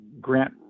grant